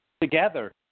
Together